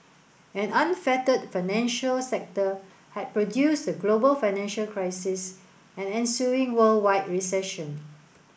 an unfettered financial sector had produced the global financial crisis and ensuing worldwide recession